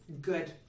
good